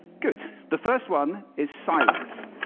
good. the first one is silence.